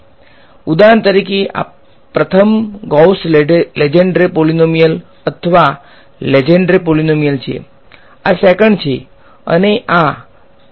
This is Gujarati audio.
તેથી ઉદાહરણ તરીકે આ પ્રથમ ગૌસ લેંગેડ્રે પોલીનોમીયલ અથવા લેંગેડ્રે પોલીનોમીયલ છે આ સેકંડ છે અને આ છે